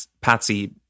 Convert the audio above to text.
Patsy